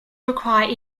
require